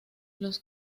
los